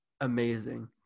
amazing